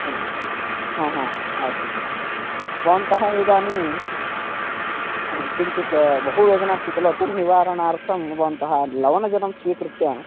हा हा हा आगच्छन्तु भवन्तः इदानीं किञ्चित् बहु वेदना अस्ति खलु तत् निवारणार्थं भवन्तः लवणजलं स्वीकृत्य